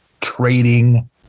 Trading